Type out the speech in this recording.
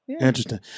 Interesting